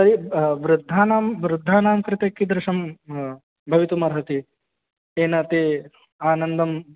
तर्हि वृद्धानां वृद्धानां कृते कीदृशं भवितुम् अर्हति तेन ते आनन्दं